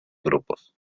grupos